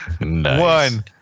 one